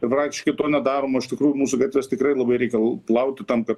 ir praktiškai to nedaroma o iš tikrųjų mūsų gatves tikrai labai reikia l plauti tam kad